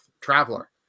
traveler